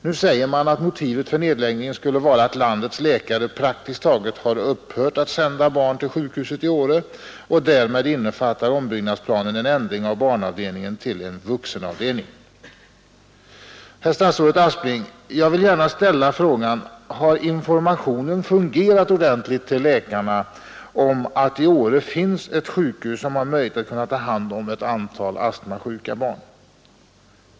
Nu säger man att motivet för nedläggningen skulle vara att landets läkare praktiskt taget har upphört att sända barn till sjukhuset i Åre och att därmed ombyggnadsplanen innefattar en ändring av barnavdelningen till en vuxenavdelning. Herr statsrådet Aspling, jag vill gärna ställa frågan: Har informationen till läkarna om att det i Åre finns ett sjukhus som har möjlighet att ta hand om ett antal astmasjuka barn fungerat ordentligt?